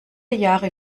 jahre